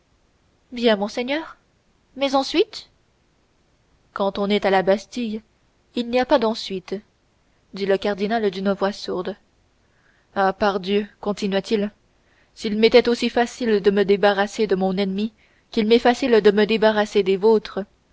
bien monseigneur mais ensuite quand on est à la bastille il n'y a pas d'ensuite dit le cardinal d'une voix sourde ah pardieu continua-t-il s'il m'était aussi facile de me débarrasser de mon ennemi qu'il m'est facile de me débarrasser des vôtres